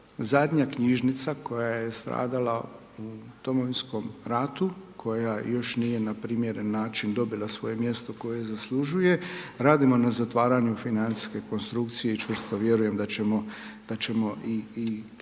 zadnja knjižnica koja je stradala u Domovinskom ratu, koja još nije na primjeran način dobila svoje mjesto koje zaslužuje, radimo na zatvaranju financijske konstrukcije i čvrsto vjerujem da ćemo i knjižnicu